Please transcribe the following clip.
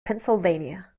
pennsylvania